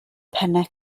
pennau